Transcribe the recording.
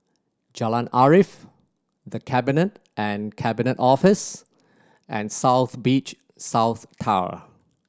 Jalan Arif The Cabinet and Cabinet Office and South Beach South Tower